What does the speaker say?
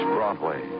Broadway